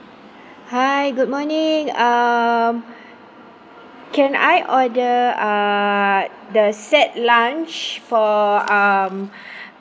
hi good morning um can I order uh the set lunch for um